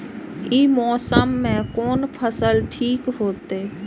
ई मौसम में कोन फसल ठीक होते?